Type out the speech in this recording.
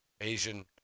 Asian